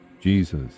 Jesus